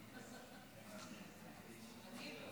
חבריי חברי הכנסת, יש לי כל כך הרבה